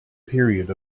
period